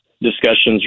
discussions